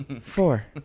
Four